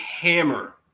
hammer